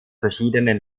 verschiedenen